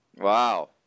Wow